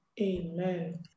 Amen